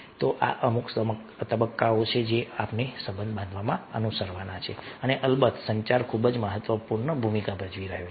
તો આ અમુક તબક્કાઓ છે જે આપણે સંબંધ બાંધવામાં અનુસરવાના છે અને અલબત્ત સંચાર ખૂબ જ મહત્વપૂર્ણ ભૂમિકા ભજવી રહ્યો છે